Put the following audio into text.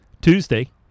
Tuesday